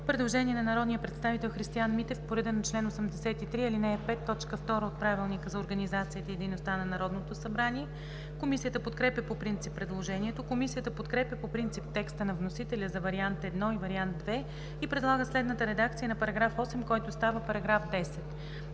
Предложение на народния представител Христиан Митев по реда на чл. 83, ал. 5, т. 2 от Правилника за организацията и дейността на Народното събрание. Комисията подкрепя по принцип предложението. Комисията подкрепя по принцип текста на вносителя за вариант І и вариант ІІ и предлага следната редакция на § 7, който става § 9: „§ 9.